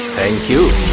thank you.